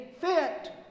fit